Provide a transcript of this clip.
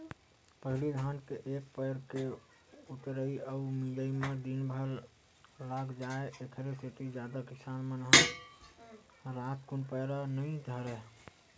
पहिली धान के एक पैर के ऊतरई अउ मिजई म दिनभर लाग जाय ऐखरे सेती जादा किसान मन ह रातकुन पैरा नई धरय